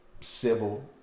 civil